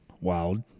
wild